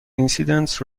incidents